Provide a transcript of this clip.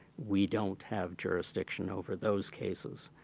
we don't have jurisdiction over those cases.